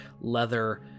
leather